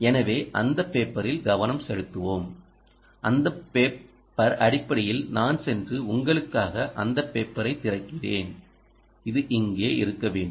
எனவே அந்த பேப்பரில் கவனம் செலுத்துவோம் அந்த பேப்பர் அடிப்படையில் நான் சென்று உங்களுக்காக அந்த பேப்பரைத் திறக்கிறேன் அது இங்கே இருக்க வேண்டும்